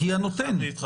היא הנותנת.